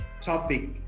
topic